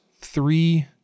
three